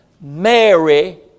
Mary